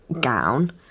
gown